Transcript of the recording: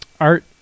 Art